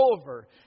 over